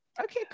okay